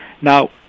Now